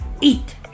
Eat